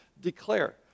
Declare